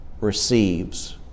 receives